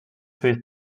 whose